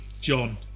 John